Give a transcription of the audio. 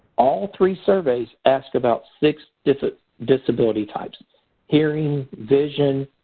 all three surveys asked about six different disability types hearing, vision,